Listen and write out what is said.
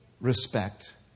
respect